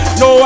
no